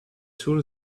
tool